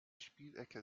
spielecke